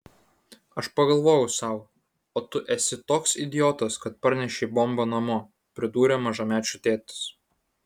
aš pagalvojau sau o tu esi toks idiotas kad parnešei bombą namo pridūrė mažamečių tėtis